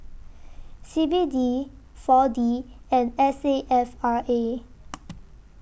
C B D four D and S A F R A